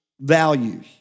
values